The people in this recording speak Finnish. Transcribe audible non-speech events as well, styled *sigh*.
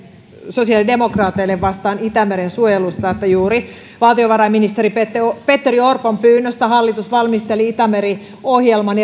sosiaalidemokraateille vastaan itämeren suojelusta että juuri valtiovarainministeri petteri orpon pyynnöstä hallitus valmisteli itämeri ohjelman *unintelligible*